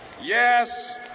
yes